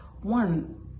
One